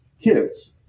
kids